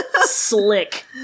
Slick